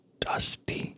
Dusty